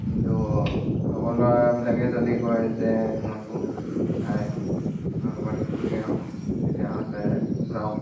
কিন্তু লগৰ ল'ৰাবিলাকে যদি কয় যে নতুন বাইক ক'ৰবাত ফুৰি আহোঁ তেতিয়াহ'লে যাওঁ